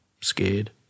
scared